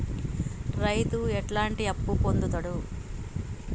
రైతు ఎట్లాంటి అప్పు పొందుతడు?